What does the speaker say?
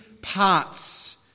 parts